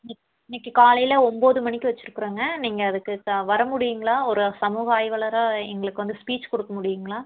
இன்னக்கு இன்னக்கு காலையில் ஒம்பது மணிக்கு வச்சுருக்குறோங்க நீங்கள் அதுக்கு வர முடியுங்களா ஒரு சமூக ஆய்வாளராக எங்களுக்கு வந்து ஸ்பீச் கொடுக்க முடியுங்களா